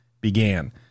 began